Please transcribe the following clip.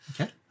Okay